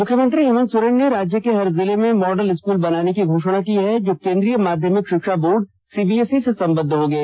मुख्यमंत्री हेमंत सोरेन ने राज्य के हर जिले में मॉडल स्कूल बनाने की घोषणा की है जो केंद्रीय माध्यमिक शिक्षा बोर्ड सीबीएसई से संबद्ध होंगे